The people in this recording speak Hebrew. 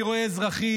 אני רואה אזרחים,